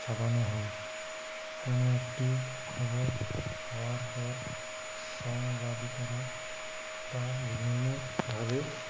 ছাপানো হয় কোনো একটি খবর হওয়ার পর সাংবাদিকরা তা বিভিন্ন ভাবে